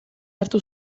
hartu